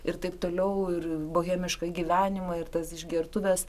ir taip toliau ir bohemišką gyvenimą ir tas išgertuves